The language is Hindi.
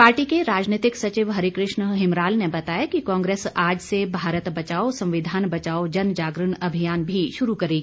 पार्टी के राजनैतिक सचिव हरिकृष्ण हिमराल ने बताया कि कांग्रेस आज से भारत बचाओ संविधान बचाओ जन जागरण अभियान भी शुरू करेगी